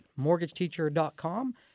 mortgageteacher.com